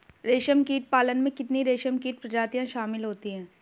रेशमकीट पालन में कितनी रेशमकीट प्रजातियां शामिल होती हैं?